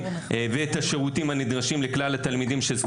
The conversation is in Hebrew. אם יש מקרים שהילד זקוק לסייעת לאורך כל שעות הלימודים ולא